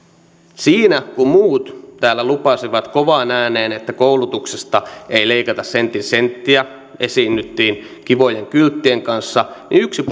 siinä kun muut täällä lupasivat kovaan ääneen että koulutuksesta ei leikata sentin senttiä esiinnyttiin kivojen kylttien kanssa niin yksi